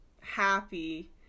happy